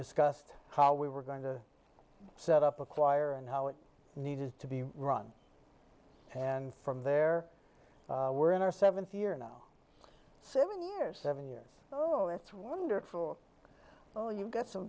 discussed how we were going to set up a choir and how it needed to be run and from there we're in our seventh year now seven years and years oh it's wonderful oh you've got some